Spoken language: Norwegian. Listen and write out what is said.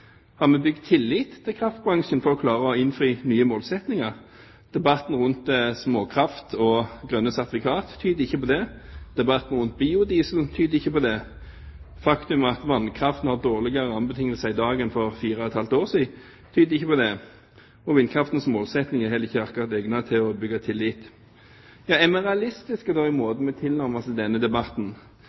Har vi bygd tillit til kraftbransjen for å klare å innfri nye målsettinger? Debatten rundt småkraft og grønne sertifikater tyder ikke på det. Debatten rundt biodiesel tyder ikke på det. Det faktum at vannkraften har dårligere rammebetingelser i dag enn for fire og et halvt år siden, tyder ikke på det. Målsettingene for vindkraften er heller ikke akkurat egnet til å bygge tillit. Er vi realistiske i måten vi tilnærmer oss denne debatten?